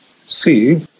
See